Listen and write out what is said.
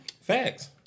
Facts